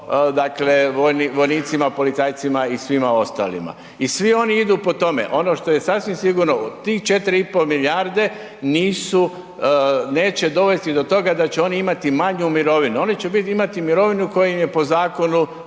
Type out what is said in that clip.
dakle, vojnicima, policajcima i svima ostalima. I svi oni idu po tome. Ono što je sasvim sigurno, tih 4,5 milijarde nisu, neće dovesti do toga da će oni imati manju mirovinu, oni će imati mirovinu koja im je po zakonu,